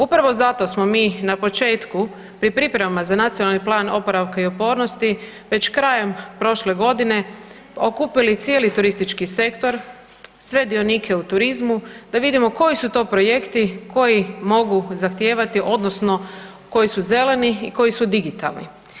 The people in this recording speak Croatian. Upravo zato smo mi na početku pri pripremama za Nacionalni plan oporavka i otpornosti već krajem prošle godine okupili cijeli turistički sektor, sve dionike u turizmu da vidimo koji su to projekti koji mogu zahtijevati odnosno koji su zeleni i koji su digitalni.